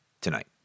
tonight